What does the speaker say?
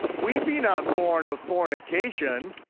we be not born of fornication,